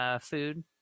food